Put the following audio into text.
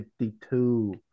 52